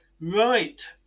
Right